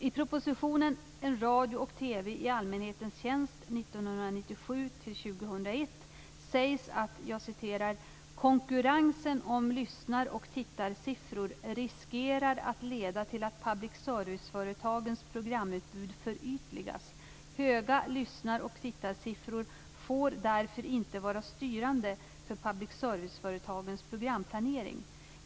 I propositionen En radio och TV i allmänhetens tjänst 1997-2001 sägs att "konkurrensen om lyssnaroch tittarsiffror riskerar att leda till att public serviceföretagens programutbud förytligas. Höga lyssnaroch tittarsiffror får därför inte vara styrande för public service-företagens programplanering."